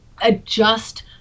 adjust